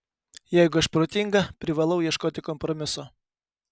jeigu aš protinga privalau ieškoti kompromiso